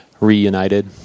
reunited